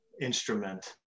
instrument